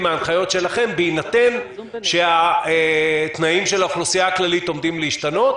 ההנחיות שלכם בהינתן שהתנאים של האוכלוסייה הכללית עומדים להשתנות.